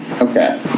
Okay